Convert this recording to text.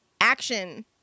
action